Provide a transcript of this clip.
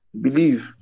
Believe